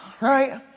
Right